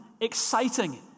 exciting